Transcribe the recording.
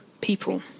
people